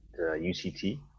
UCT